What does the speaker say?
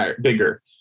bigger